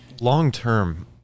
long-term